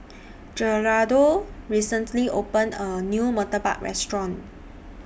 Gerardo recently opened A New Murtabak Restaurant